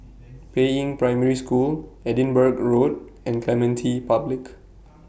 Peiying Primary School Edinburgh Road and Clementi Public